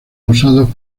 usados